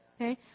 okay